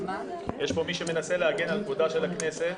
יש פה מי שמנסה להגן על כבודה של הכנסת.